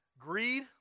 greed